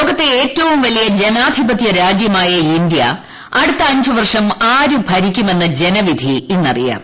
ലോകത്തെ ഏറ്റവും വലിയ ജനാധിപത്യ രാജ്യമായ ഇന്ത്യ അടുത്ത അഞ്ചൂ വർഷം ആരു ഭരിക്കുമെന്ന ജനവിധി ഇന്നറിയാം